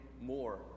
more